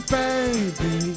baby